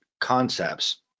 concepts